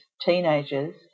teenagers